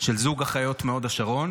של זוג אחיות מהוד השרון